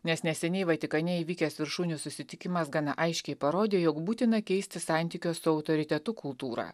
nes neseniai vatikane įvykęs viršūnių susitikimas gana aiškiai parodė jog būtina keisti santykio su autoritetu kultūrą